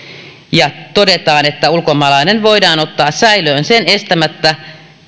ja todetaan ulkomaalainen voidaan ottaa säilöön sen estämättä